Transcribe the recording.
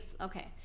okay